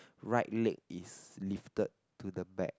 right leg is lifted to the back